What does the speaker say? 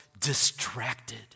distracted